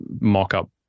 mock-up